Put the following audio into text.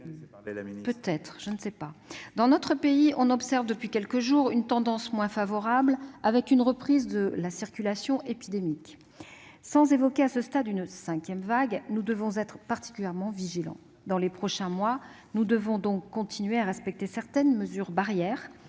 ministre déléguée ! Dans notre pays, on observe depuis quelques jours une tendance moins favorable et une reprise de la circulation épidémique. Sans évoquer à ce stade une cinquième vague, nous devons être particulièrement vigilants. Dans les prochains mois, nous devrons donc continuer à respecter certaines mesures barrières